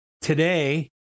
today